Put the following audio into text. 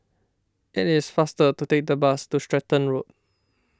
it is faster to take the bus to Stratton Road